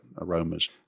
aromas